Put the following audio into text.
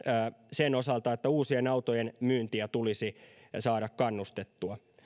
sen osalta että uusien autojen myyntiä tulisi saada kannustettua